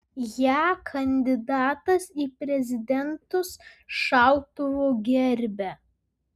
ją kandidatas į prezidentus šautuvu gerbia